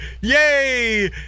yay